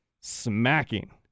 smacking